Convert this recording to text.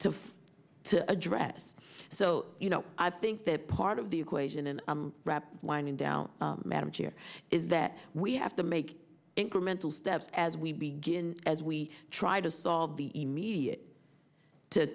to to address so you know i think that part of the equation and winding down madam chair is that we have to make incremental steps as we begin as we try to solve the immediate to